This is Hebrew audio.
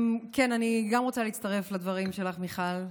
כן, אני רוצה להצטרף לדברים שלך, מיכל.